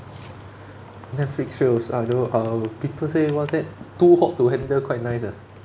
netflix shows uh know uh people say what's that too hot too handle quite nice ah